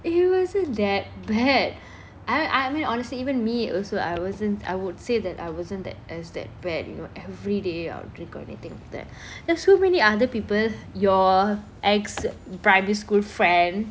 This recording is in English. it wasn't that bad I I mean honestly even me also I wasn't I would say that I wasn't that as that bad you know everyday I'll drink or anything like that there's so many other people your ex primary school friend